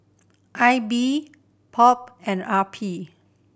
I B POP and R P